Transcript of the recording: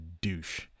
douche